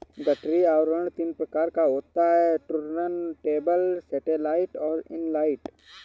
गठरी आवरण तीन प्रकार का होता है टुर्नटेबल, सैटेलाइट और इन लाइन